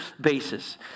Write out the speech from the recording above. basis